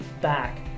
back